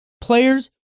players